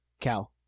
cow